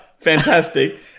fantastic